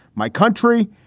my country.